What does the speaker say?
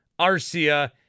Arcia